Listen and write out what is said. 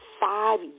five